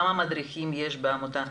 כמה מדריכים יש בעמותה?